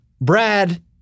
Brad